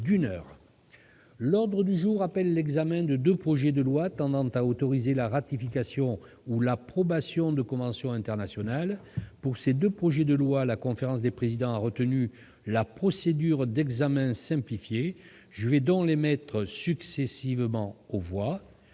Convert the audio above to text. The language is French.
L'ordre du jour appelle l'examen de deux projets de loi tendant à autoriser la ratification ou l'approbation de conventions internationales. Pour ces deux projets de loi, la conférence des présidents a retenu la procédure d'examen simplifié. Je vais donc les mettre successivement aux voix.